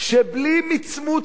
שבלי מצמוץ,